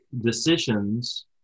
decisions